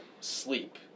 sleep